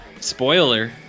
Spoiler